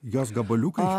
jos gabaliukai